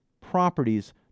properties